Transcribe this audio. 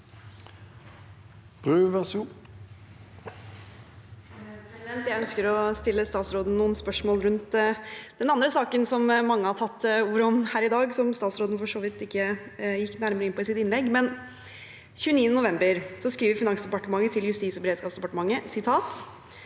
Jeg ønsker å stille statsråd- en noen spørsmål rundt den andre saken som mange har tatt ordet om her i dag, som statsråden for så vidt ikke gikk nærmere inn på i sitt innlegg. Den 29. november skrev Finansdepartementet til Justis- og beredskapsdepartementet: